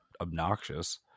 obnoxious